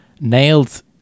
nailed